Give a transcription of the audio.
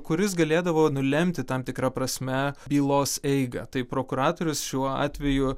kuris galėdavo nulemti tam tikra prasme bylos eigą tai prokuratorius šiuo atveju